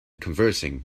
conversing